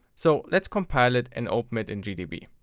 so let's compile it and open it in gdb.